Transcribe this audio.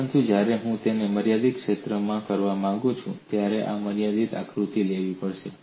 પરંતુ જ્યારે હું તેને મર્યાદિત ક્ષેત્રમાં કરવા માંગુ છું ત્યારે મારે મર્યાદિત આકૃતિ લેવી પડશે